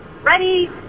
Ready